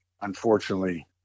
unfortunately